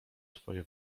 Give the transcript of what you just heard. twoje